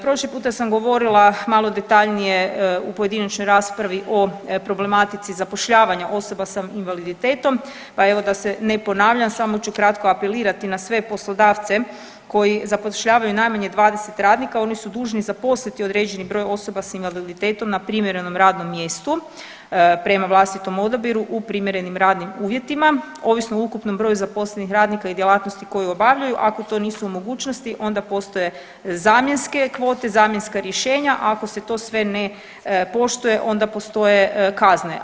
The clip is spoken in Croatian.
Prošli puta sam govorila malo detaljnije u pojedinačnoj raspravi o problematici zapošljavanja osoba s invaliditetom, pa evo da se ne ponavljam, samo ću kratko apelirati na sve poslodavce koji zapošljavanju najmanje 20 radnika oni su dužni zaposliti određeni broj osoba s invaliditetom na primjerenom radnom mjestu prema vlastitom odabiru u primjerenim radnim uvjetima, ovisno o ukupnom broju zaposlenih radnika i djelatnosti koje obavljaju, a ako to nisu u mogućnosti onda postoje zamjenske kvote, zamjenska rješenja, ako se to sve ne poštuje onda postoje kazne.